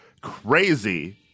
Crazy